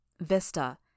Vista